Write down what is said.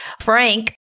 Frank